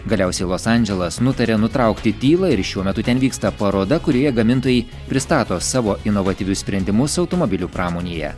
galiausiai los andželas nutarė nutraukti tylą ir šiuo metu ten vyksta paroda kurioje gamintojai pristato savo inovatyvius sprendimus automobilių pramonėje